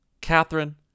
Catherine